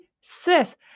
sis